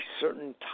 certain